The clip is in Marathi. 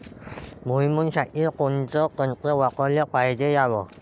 भुइमुगा साठी कोनचं तंत्र वापराले पायजे यावे?